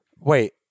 Wait